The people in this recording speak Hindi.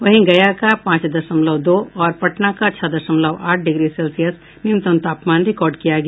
वहीं गया का पांच दशमलव दो और पटना का छह दशमलव आठ डिग्री सेल्सियस न्यूनतम तापमान रिकॉर्ड किया गया